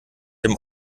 dem